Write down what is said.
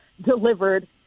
delivered